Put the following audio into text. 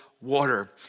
water